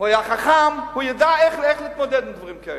הוא היה חכם, הוא ידע איך להתמודד עם דברים כאלו,